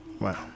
Wow